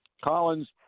Collins